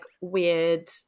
weird